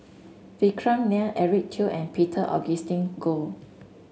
Vikram Nair Eric Teo and Peter Augustine Goh